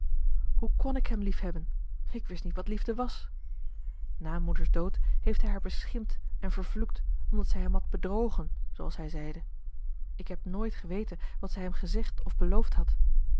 hoe kon ik hem liefhebben ik wist niet wat liefde was na moeders dood heeft hij haar beschimpt en vervloekt omdat zij hem had bedrogen zooals hij zeide ik heb nooit geweten wat zij hem gezegd of beloofd had